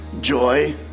Joy